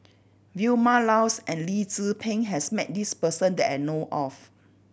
Vilma Laus and Lee Tzu Pheng has met this person that I know of